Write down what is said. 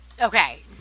Okay